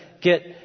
get